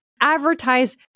advertise